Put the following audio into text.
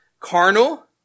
carnal